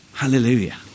Hallelujah